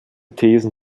themen